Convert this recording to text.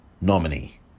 Nominee